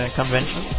convention